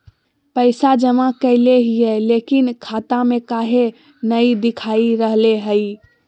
पैसा जमा कैले हिअई, लेकिन खाता में काहे नई देखा रहले हई?